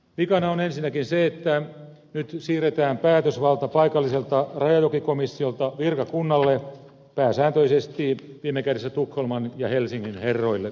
vikana on ensinnäkin se että nyt siirretään päätösvalta paikalliselta rajajokikomissiolta virkakunnalle pääsääntöisesti viime kädessä tukholman ja helsingin herroille